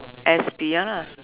S P ya lah